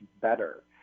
better